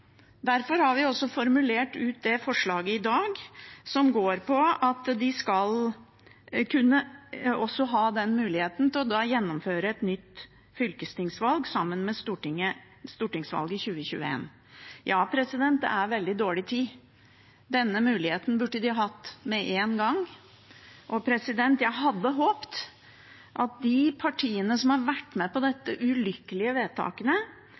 Derfor har vi også formulert ut det forslaget i dag som går ut på at de skal kunne få mulighet til å gjennomføre et nytt fylkestingsvalg sammen med stortingsvalget i 2021. Ja, det er veldig dårlig tid, denne muligheten burde de hatt med en gang. Jeg hadde håpet at de partiene som har vært med på disse ulykkelige vedtakene,